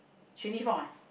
Quan-Li-Fong ah